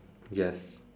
yes